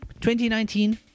2019